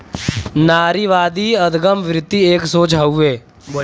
नारीवादी अदगम वृत्ति एक सोच हउए